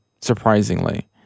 Surprisingly